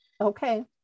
Okay